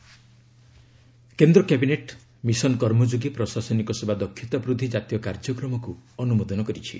cabinet କେନ୍ଦ୍ର cabinet mission Karmayogi ପ୍ରଶାସନିକ ସେବା ଦକ୍ଷତା ବୃଦ୍ଧି ଜାତୀୟ କାର୍ଯ୍ୟକ୍ରମକୁ ଅନୁମୋଦନ କରିଛି